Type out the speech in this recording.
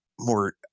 more